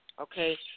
Okay